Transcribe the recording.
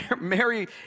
Mary